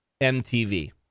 MTV